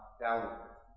downward